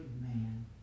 man